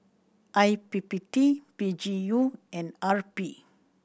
I P P T P G U and R P